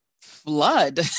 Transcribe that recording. flood